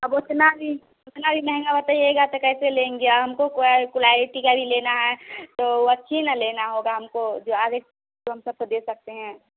अब उतना भी उतना ही महंगा बताइएगा तो कैसे लेंगे हमको कोई कोलाईटी का भी लेना है तो वह अच्छी ना लेना होगा हमको जो आगे हम सबको दे सकते हैं